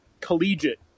collegiate